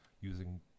using